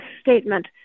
statement